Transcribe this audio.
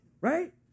right